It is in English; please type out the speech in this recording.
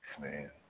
man